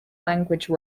language